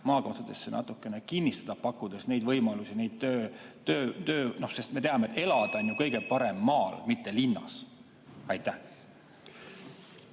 maakohtadesse natukene kinnistada, pakkudes neile võimalusi seal töötada, sest me teame, et elada on ju kõige parem maal, mitte linnas. Aitüma!